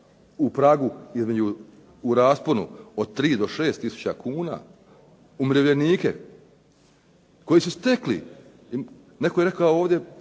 u pragu, u rasponu od 3 do 6 tisuća kuna umirovljenike koji su stekli, netko je rekao ovdje